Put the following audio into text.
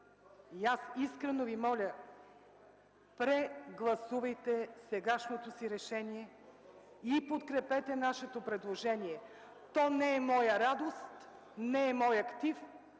аз искрено Ви моля: пре-гласу-вайте сегашното си решение и подкрепете нашето предложение. То не е моя радост, то не е моя актив,